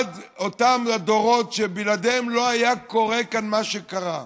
עד אותם הדורות שבלעדיהם לא היה קורה כאן מה שקרה.